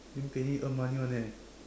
then pay need to earn money [one] eh